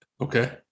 Okay